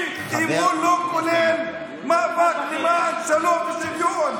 אם הוא לא כולל מאבק למען שלום ושוויון?